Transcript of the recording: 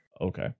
Okay